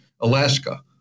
Alaska